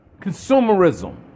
Consumerism